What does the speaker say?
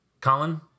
Colin